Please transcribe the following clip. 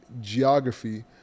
geography